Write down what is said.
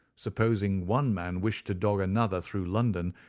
supposing one man wished to dog another through london,